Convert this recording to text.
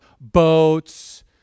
boats